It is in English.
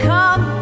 Come